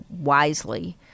wisely